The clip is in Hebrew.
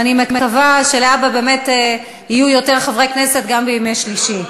ואני מקווה שלהבא באמת יהיו יותר חברי כנסת גם בימי שלישי.